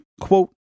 Quote